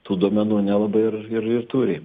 tų duomenų nelabai ir ir turi